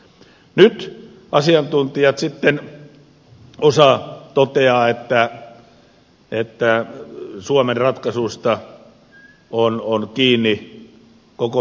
nyt asiantuntijoista sitten osa toteaa että suomen ratkaisuista on kiinni koko maailmantalous